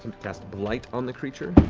cast blight on the creature.